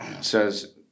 says